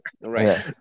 right